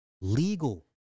legal